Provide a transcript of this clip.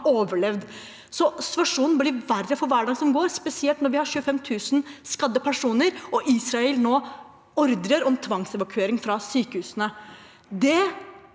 Situasjonen blir verre for hver dag som går, spesielt når det er 25 000 skadde personer og Israel nå gir ordre om tvangsevakuering fra sykehusene.